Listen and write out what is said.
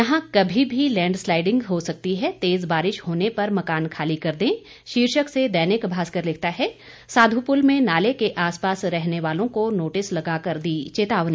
यहां कभी भी लैंडस्लाइडिंग हो सकती है तेज बारिश होने पर मकान खाली कर दें शीर्षक से दैनिक भास्कर लिखता है साधुपुल में नाले के आसपास रहने वालों को नोटिस लगाकर दी चेतावनी